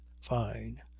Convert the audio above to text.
fine